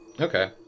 okay